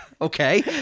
Okay